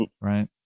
right